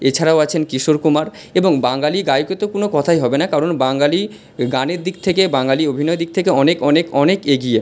এছাড়াও আছেন কিশোর কুমার এবং বাঙালি গায়কের তো কোনো কথাই হবে না কারণ বাঙালি গানের দিক থেকে বাঙালি অভিনয়ের দিক থেকে অনেক অনেক অনেক এগিয়ে